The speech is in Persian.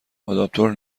آداپتور